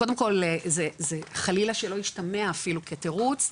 קודם כל זה חלילה שלא ישתמע אפילו כתירוץ,